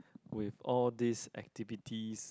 with all this activities